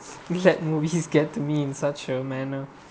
like movies get me in such a manner